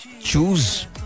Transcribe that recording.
choose